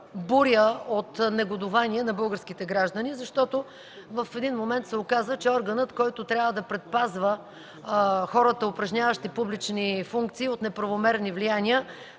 буря от негодувание на българските граждани. В един момент се оказа, че органът, който трябва да предпазва хората, упражняващи публични функции, от неправомерни влияния,